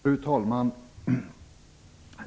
Fru talman!